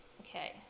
okay